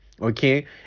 Okay